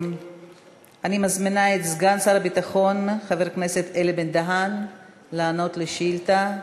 אני מזמינה את סגן שר הביטחון חבר הכנסת אלי בן-דהן לענות על שאילתה.